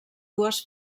dues